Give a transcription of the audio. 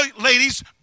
ladies